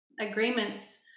agreements